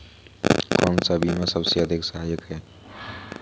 कौन सा बीमा सबसे अधिक सहायक है?